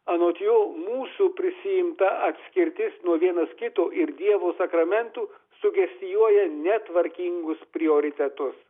anot jo mūsų prisiimta atskirtis nuo vienas kito ir dievo sakramentų sugestijuoja netvarkingus prioritetus